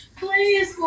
please